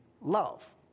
Love